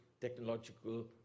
technological